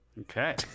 Okay